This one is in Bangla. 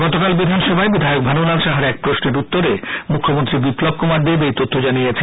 গতকাল বিধানসভায় বিধায়ক ভানুলাল সাহার এক প্রশ্নের উত্তরে মুখ্যমন্ত্রী বিপ্লব কুমার দেব এই তথ্য জানিয়েছেন